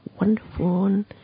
wonderful